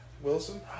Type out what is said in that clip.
Wilson